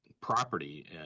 property